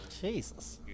Jesus